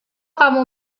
kamu